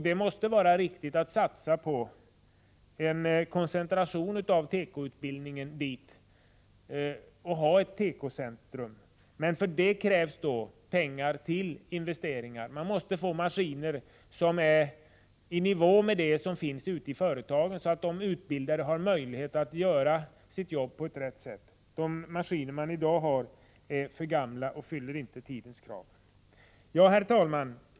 Det måste vara riktigt att satsa på en koncentration av tekoutbildningen dit och ha ett tekocentrum, men för det krävs pengar till investeringar. Man måste få maskiner som är i nivå med dem som finns ute i företagen, så att de utbildade har möjligheter att göra sitt jobb på rätt sätt. De maskiner som vi har i dag är för gamla och fyller inte tidens krav. Herr talman!